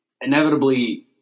Inevitably